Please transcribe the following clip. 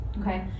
Okay